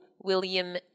William